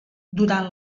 durant